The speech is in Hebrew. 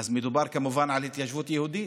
מדובר כמובן על התיישבות יהודית.